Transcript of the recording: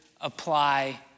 apply